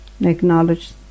acknowledge